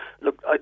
Look